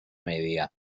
media